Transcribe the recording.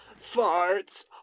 Farts